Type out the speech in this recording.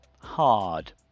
Hard